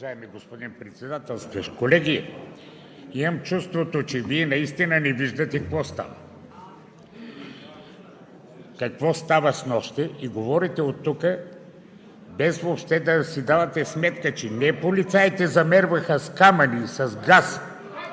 Уважаеми господин Председателстващ! Колеги, имам чувството, че Вие наистина не виждате какво става, какво стана снощи и говорите оттук, без въобще да си давате сметка, че не полицаите замеряха с камъни, с газ,